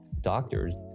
doctors